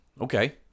Okay